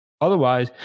Otherwise